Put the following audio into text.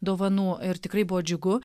dovanų ir tikrai buvo džiugu